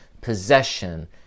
possession